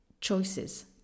choices